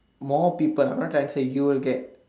more people what does it say you will get